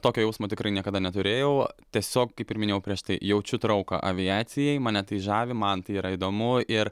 tokio jausmo tikrai niekada neturėjau tiesiog kaip ir minėjau prieš tai jaučiu trauką aviacijai mane tai žavi man tai yra įdomu ir